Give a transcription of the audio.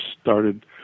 started